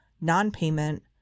non-payment